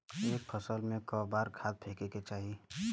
एक फसल में क बार खाद फेके के चाही?